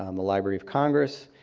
um the library of congress,